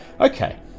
Okay